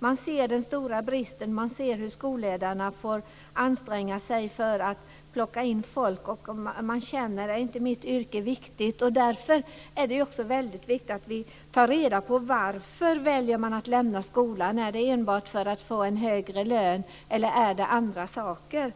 De ser den stora bristen och hur skolledarna får anstränga sig för att plocka in folk. De frågar sig: Är inte mitt yrke viktigt? Därför är det väldigt viktigt att vi tar reda på varför de väljer att lämna skolan. Är det enbart för att få en högre lön, eller beror det på andra saker?